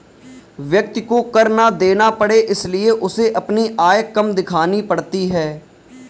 व्यक्ति को कर ना देना पड़े इसलिए उसे अपनी आय कम दिखानी पड़ती है